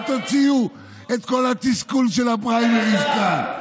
אל תוציאו את כל התסכול של הפריימריז כאן.